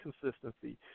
consistency